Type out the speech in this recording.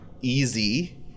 easy